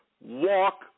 Walk